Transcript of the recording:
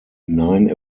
nine